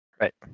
Right